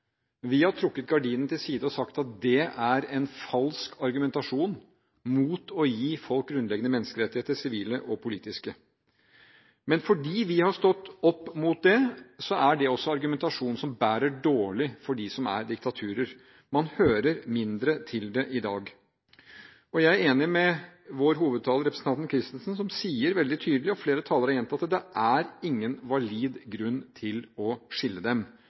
Vi har trukket gardinene til side og sagt at dette er en falsk argumentasjon mot å gi folk grunnleggende menneskerettigheter – sivile og politiske. Men fordi vi har stått opp mot det, er det en argumentasjon som bærer dårlig for de som er diktaturer. Man hører mindre til det i dag. Jeg er enig med vår hovedtaler, representanten Christensen, som sier veldig tydelig – og flere talere har gjentatt det – at det ikke er noen valid grunn til å skille dem.